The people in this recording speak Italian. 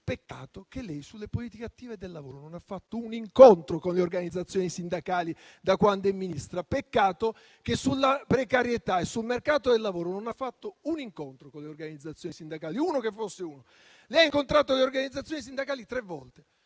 peccato che lei, sulle politiche attive del lavoro, non abbia tenuto nemmeno un incontro con le organizzazioni sindacali da quando è Ministra. Peccato che sulla precarietà e sul mercato del lavoro non abbia fatto un incontro con le organizzazioni sindacali: uno che fosse uno. Lei ha incontrato le organizzazioni sindacali tre volte: